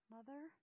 Mother